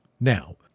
Now